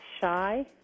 shy